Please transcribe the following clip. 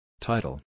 Title